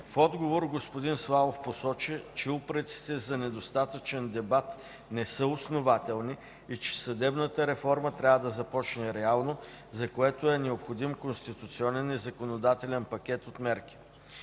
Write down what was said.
В отговор господин Славов посочи, че упреците за недостатъчен дебат не са основателни и че съдебната реформа трябва да започне реално, за което е необходим конституционен и законодателен пакет от мерки.